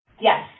yes